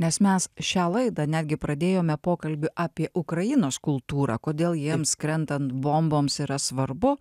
nes mes šią laidą netgi pradėjome pokalbį apie ukrainos kultūrą kodėl jiems krentant bomboms yra svarbu